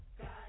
God